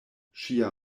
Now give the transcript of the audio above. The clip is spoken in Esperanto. ŝia